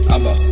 I'ma